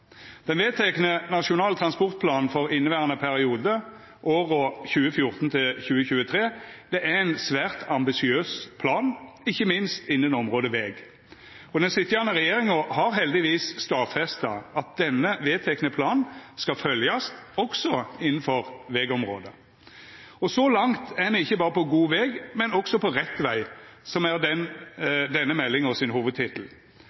Den vedtekne nasjonale transportplanen for inneverande periode, åra 2014–2023, er ein svært ambisiøs plan, ikkje minst innan området veg. Den sitjande regjeringa har heldigvis stadfesta at denne vedtekne planen skal følgjast, også innanfor vegområdet. Så langt er me ikkje berre på god veg, men også «På rett vei», som er